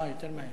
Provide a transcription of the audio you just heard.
אה, יותר מהר.